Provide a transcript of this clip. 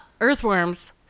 earthworms